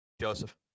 Joseph